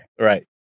Right